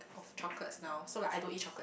of chocolates now so like I don't eat chocolate